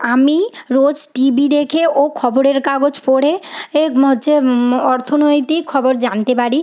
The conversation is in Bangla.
আমি রোজ টিভি দেখে ও খবরের কাগজ পড়ে এ হচ্ছে অর্থনৈতিক খবর জানতে পারি